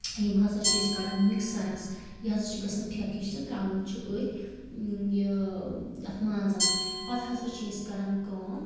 یم ہَسا چھِ أسۍ کَڑان مِکسَرَس یہِ ہَسا چھِ گَژھان پھیٚکھ ہِشۍ تہٕ ترٛاوان چھِ أتھۍ یہِ اَتھ مازَس پَتہٕ ہَسا چھِ أسۍ کران کٲم